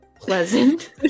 Pleasant